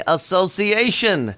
Association